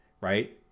right